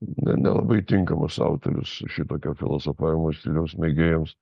na nelabai tinkamas autorius šitokio filosofavimo stiliaus mėgėjams